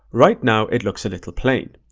right now it looks a little plain.